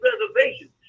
reservations